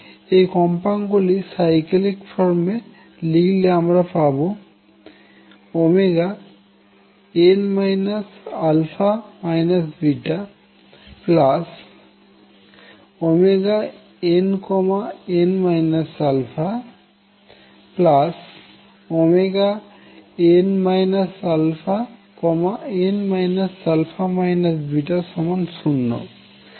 এই কম্পাঙ্ক গুলি সাইক্লিক ফর্মে লিখলে আমরা পাবো n α βnn αn αn α β0